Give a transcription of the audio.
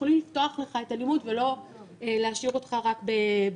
יכולים לפתוח לך את הלימוד ולא להשאיר אותך רק בזום.